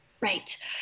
right